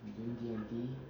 doing D&T